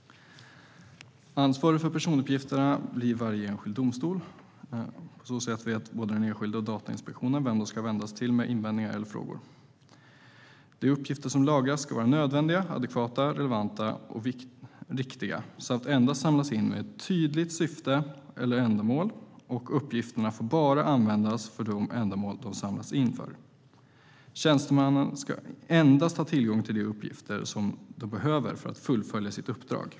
Ansvarig för personuppgifterna blir varje enskild domstol. På så sätt vet både den enskilde och Datainspektionen vem man ska vända sig till med invändningar eller frågor. De uppgifter som lagras ska vara nödvändiga, adekvata, relevanta och riktiga. De ska endast samlas in med ett tydligt syfte eller ändamål, och uppgifterna får bara användas för det ändamål som de har samlats in för. Tjänstemannen ska endast ha tillgång till de uppgifter som behövs för att man ska kunna fullfölja sitt uppdrag.